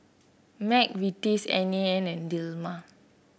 McVitie's N A N and Dilmah